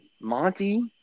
Monty